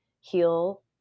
heal